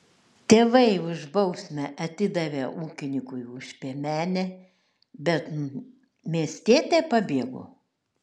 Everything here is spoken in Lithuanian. tėvai už bausmę atidavė ūkininkui už piemenę bet miestietė pabėgo